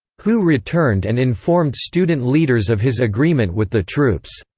hou returned and informed student leaders of his agreement with the troops.